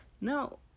No